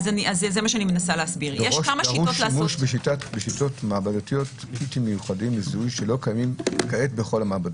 דרוש שימוש בשיטות מעבדתיות לזיהוי שלא קיימות כעת בכל המעבדות.